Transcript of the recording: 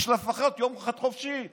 יש לפחות יום אחד חופשי,